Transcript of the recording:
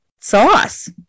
sauce